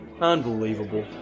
Unbelievable